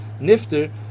Nifter